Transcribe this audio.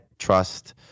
trust